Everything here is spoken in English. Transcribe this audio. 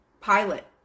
pilot